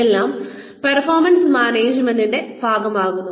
എല്ലാം പെർഫോമൻസ് മാനേജ്മെന്റിന്റെ ഭാഗമാകുന്നു